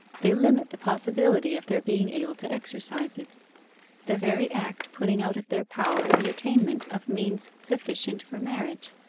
they limit the possibility of their being able to exercise it the very act putting out of their power the attainment of means sufficient for marriage.